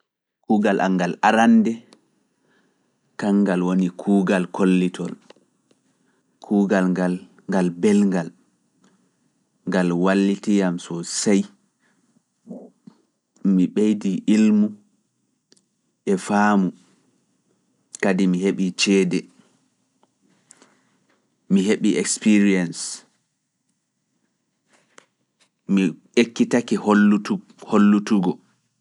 Kuugal angal arande, kangal woni kuugal kollitol, kuugal ngal ngal belngal, ngal wallitii am so sey, mi ɓeydi ilmu e faamu, kadi mi heɓi ceede, mi heɓi experience, mi ekkitake hollutugo.